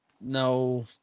No